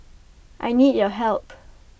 I need your help